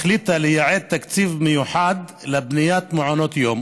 החליטה לייעד תקציב מיוחד לבניית מעונות יום